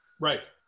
Right